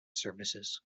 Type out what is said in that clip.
services